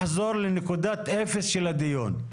נחזור לנקודת אפס של הדיון.